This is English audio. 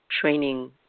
training